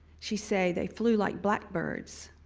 she say they flew like blackbirds.